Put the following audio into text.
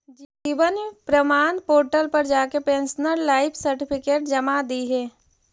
जीवन प्रमाण पोर्टल पर जाके पेंशनर लाइफ सर्टिफिकेट जमा दिहे